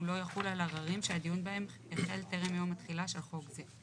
הוא לא יחול על עררים שהדיון בהם החל טרם יום התחילה של חוק זה.